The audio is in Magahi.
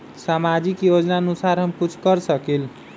सामाजिक योजनानुसार हम कुछ कर सकील?